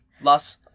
Los